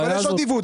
אבל איזה עוד עיוות?